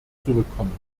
zurückkommen